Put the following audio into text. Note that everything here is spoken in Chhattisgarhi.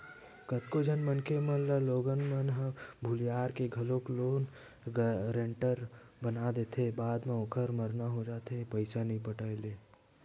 कतको झन मनखे मन ल लोगन मन ह भुलियार के घलोक लोन गारेंटर बना देथे बाद म ओखर मरना हो जाथे पइसा नइ पटाय ले